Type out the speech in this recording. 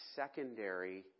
secondary